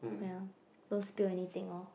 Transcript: ya don't spill anything orh